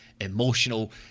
emotional